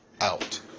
out